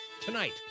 Tonight